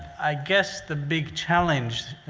i guess the big challenge,